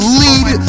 lead